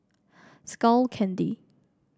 Skull Candy